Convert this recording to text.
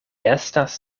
estas